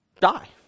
die